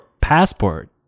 passport